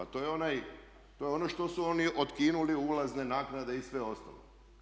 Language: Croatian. To je ono što su oni otkinuli ulazne naknade i sve ostalo.